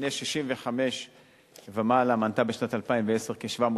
בני 65 ומעלה מנתה בשנת 2010 כ-740,000,